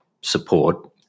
support